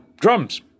drums